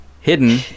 hidden